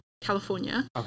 California